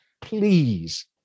Please